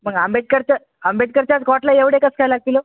मग आंबेडकरच्या आंबेडकरच्याच कोटला एवढे कसं काय लागतील हो